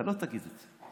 אתה לא תגיד את זה.